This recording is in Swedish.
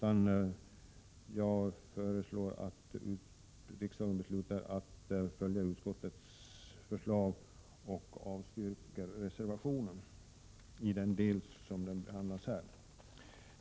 Därför vill jag yrka avslag på reservation 4 i denna del.